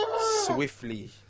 swiftly